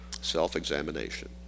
Self-examination